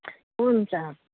हुन्छ